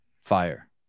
Fire